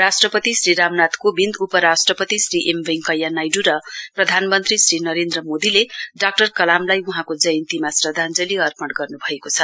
राष्ट्रपति श्री रामनाथ कोबिन्दउपराष्ट्रपति श्री एम वेंकैय्या नाइडू र प्रधानमन्त्री श्री नरेन्द्र मोदीले डाक्टर कलामलाई वहाँको जयान्तीमा श्रद्धाञ्जली अर्पण गर्नुभएको छ